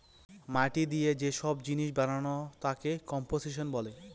মাটি দিয়ে যে সব জিনিস বানানো তাকে কম্পোসিশন বলে